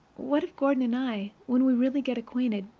what if gordon and i, when we really get acquainted,